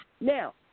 Now